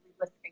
listening